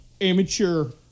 amateur